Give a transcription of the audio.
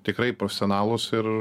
tikrai profesionalūs ir